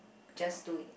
just do it